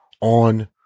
on